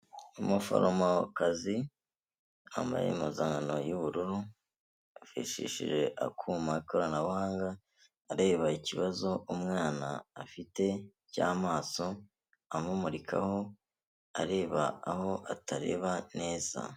Umuforomokazi wambaye impuzankano y'ubururu afashishije akuma k'ikoranabuhanga areba ikibazo umwana afite cy'amaso amumurikaho areba aho atareba neza.